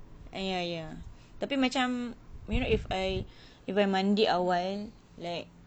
ah ya ya tapi macam you know if I if I mandi awhile like